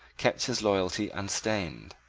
kept his loyalty unstained.